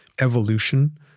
evolution